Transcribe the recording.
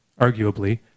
arguably